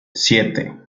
siete